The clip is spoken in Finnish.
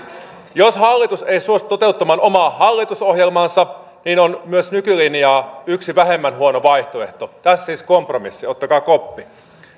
jos hallitus ei suostu toteuttamaan omaa hallitusohjelmaansa niin on myös yksi nykylinjaa vähemmän huono vaihtoehto tässä siis kompromissi ottakaa koppi toteuttakaa